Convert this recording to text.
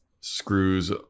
screws